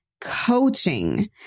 coaching